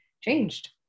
changed